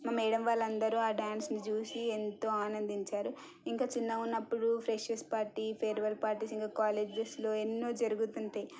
మా మేడం వాళ్ళు అందరూ ఆ డ్యాన్స్నీ చూసి ఎంతో ఆనందించారు ఇంకా చిన్నాగా ఉన్నప్పుడు ఫ్రెషర్స్ పార్టీ ఫేర్వెల్ పార్టీస్ ఇంకా కాలేజ్స్లో ఎన్నో జరుగుతుంటాయి